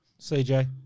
CJ